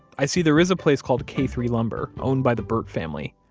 i see there is a place called k three lumber, owned by the burt family.